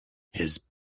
his